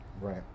Right